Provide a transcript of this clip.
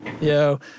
Yo